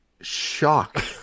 shock